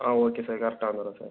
ஆ okay sir கரெக்டாக வந்துடுறோம் sir